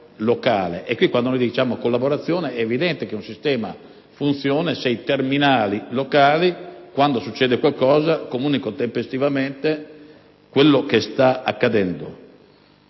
quando si parla di collaborazione, è evidente che un sistema funziona se i terminali locali, quando succede qualcosa, comunicano tempestivamente quello che sta accadendo.